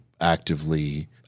actively